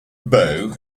bow